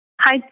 Hi